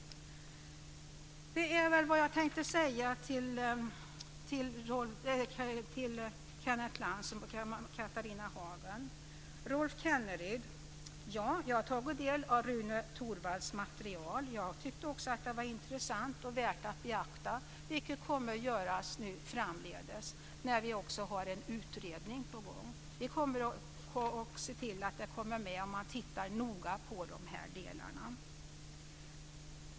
Det var vad jag ville säga till Kenneth Lantz och Till Rolf Kenneryd vill jag säga att jag har tagit del av Rune Torwalds material. Jag tyckte också att det var intressant och värt att beakta, vilket kommer att göras framdeles, när vi också har en utredning på gång. Vi kommer att se till att det kommer med. Man tittar noga på de här delarna.